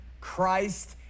Christ